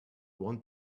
want